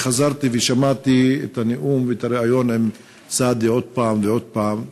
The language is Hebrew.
אני חזרתי ושמעתי את הריאיון עם סעדי שוב ושוב,